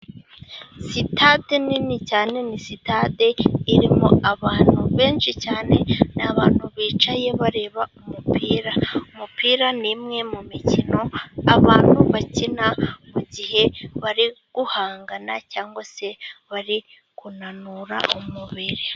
Sitade nini cyane, ni sitade irimo abantu benshi cyane, ni abantu bicaye bareba umupira. Umupira ni imwe mu mikino abantu bakina mugihe bari guhangana, cyangwa se bari kunanura umubiri.